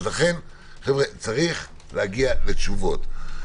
צריך להגיע לתשובות.